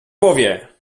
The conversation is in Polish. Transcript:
powie